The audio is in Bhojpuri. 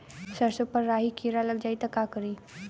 सरसो पर राही किरा लाग जाई त का करी?